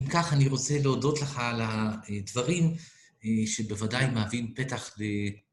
בכך אני רוצה להודות לך על הדברים שבוודאי מהווים פתח ל...